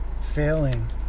failing